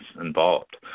involved